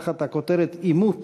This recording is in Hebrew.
תחת הכותרת "עימות":